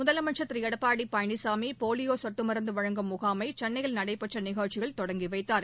முதலமைச்சர் திரு எடப்பாடி பழனிசாமி போலியோ சொட்டு மருந்து வழங்கும் முகாமை சென்னையில் நடைபெற்ற நிகழ்ச்சியில் தொடங்கிவைத்தார்